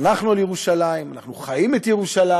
התחנכנו על ירושלים, אנחנו חיים את ירושלים.